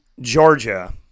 Georgia